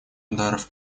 ударов